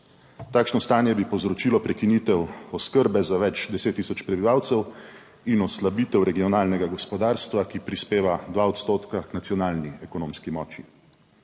Takšno stanje bi povzročilo prekinitev oskrbe za več 10 tisoč prebivalcev in oslabitev regionalnega gospodarstva, ki prispeva 2 odstotka k nacionalni ekonomski moči.